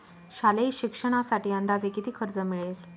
शालेय शिक्षणासाठी अंदाजे किती कर्ज मिळेल?